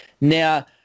Now